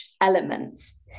elements